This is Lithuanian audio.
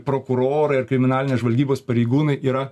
prokurorai ar kriminalinės žvalgybos pareigūnai yra